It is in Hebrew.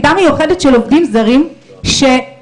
מיוחדת של עובדים זרים שתובעת.